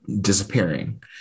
disappearing